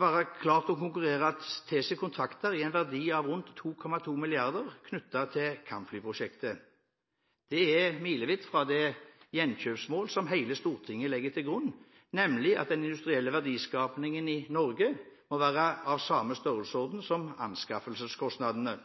bare klart å konkurrere til seg kontrakter til en verdi av rundt 2,2 mrd. kr knyttet til kampflyprosjektet. Det er milevidt fra det «gjenkjøpsmål» hele Stortinget legger til grunn, nemlig at den industrielle verdiskapningen i Norge må være av samme størrelsesorden som anskaffelseskostnadene.